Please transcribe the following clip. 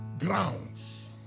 grounds